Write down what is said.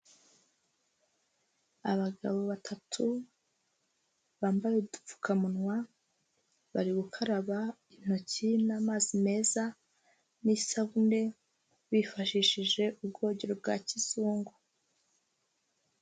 Abagabo batatu bambaye udupfukamunwa bari gukaraba intoki n'amazi meza n'isabune bifashishije ubwogero bwa kizungu.